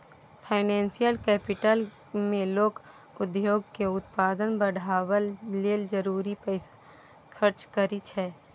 financial capital मे लोक उद्योग के उत्पादन बढ़ाबय लेल जरूरी पैसा खर्च करइ छै